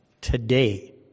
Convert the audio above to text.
Today